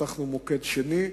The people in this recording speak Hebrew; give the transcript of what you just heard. פתחנו מוקד שני.